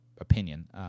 opinion